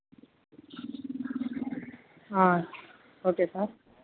okay sir